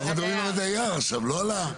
אנחנו מדברים על הדייר עכשיו, לא על היזם.